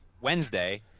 Wednesday